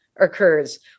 occurs